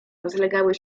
rozlegały